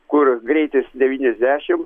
kur greitis devyniasdešimt